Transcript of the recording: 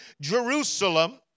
Jerusalem